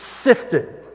sifted